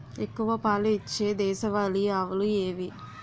ఎక్కువ పాలు ఇచ్చే దేశవాళీ ఆవులు ఏవి?